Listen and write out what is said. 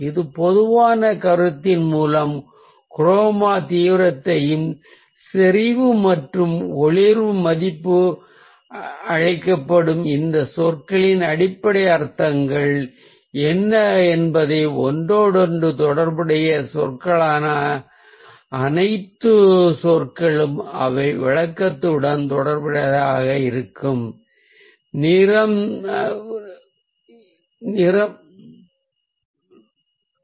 இந்த பொதுவான கருத்தின் மூலம் குரோமா தீவிரம் செறிவு மற்றும் ஒளிர்வு மதிப்பு அழைக்கப்படும் இந்த சொற்களின் அடிப்படை அர்த்தங்கள் என்ன என்பதையும் பார்ப்போம் வண்ணத்தின் விளக்கத்துடன் செய்யப்பட வேண்டிய மற்றும் ஒன்றோடொன்று தொடர்புடைய சொற்கள் பற்றியும் பார்ப்போம்